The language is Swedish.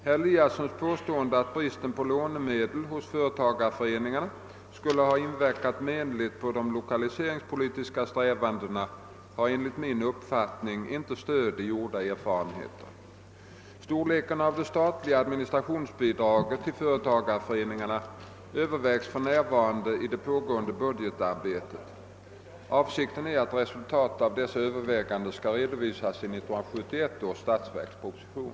Herr Eliassons påstående att bristen på lånemedel hos företagarföreningarna skulle ha inverkat menligt på de lokaliseringspolitiska strävandena har enligt min uppfattning inte stöd i gjorda erfarenheter. na Öövervägs för närvarande i det pågående budgetarbetet. Avsikten är att resultaten av dessa överväganden skall redovisas i 1971 års statsverksproposition.